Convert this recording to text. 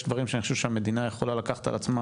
אני חושב שיש דברים שהמדינה יכולה לקחת על עצמה